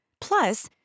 Plus